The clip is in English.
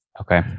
Okay